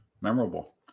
memorable